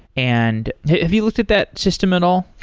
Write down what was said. and have you looked at that system at all?